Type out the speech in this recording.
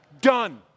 Done